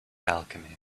alchemy